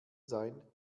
sein